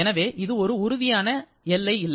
எனவே இது ஒரு உறுதியான எல்லை இல்லை